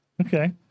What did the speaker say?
Okay